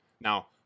Now